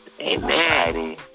Amen